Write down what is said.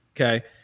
Okay